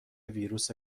ویروس